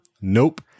Nope